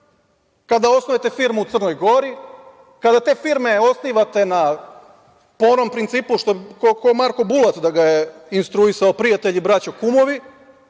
kada osnujete firmu u Crnoj Gori, kada te firme osnivate po onom principu, kao Marko Bulat da ga je instruisao – prijatelji, braćo, kumovi,